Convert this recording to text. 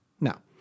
Now